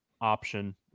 option